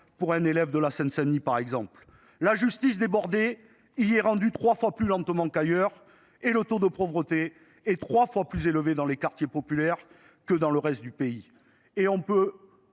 perte de l’équivalent d’une année scolaire. La justice, débordée, y est rendue trois fois plus lentement qu’ailleurs et le taux de pauvreté est trois fois plus élevé dans les quartiers populaires que dans le reste du pays. Et ce